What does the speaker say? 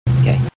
Okay